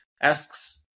asks